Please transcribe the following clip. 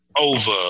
over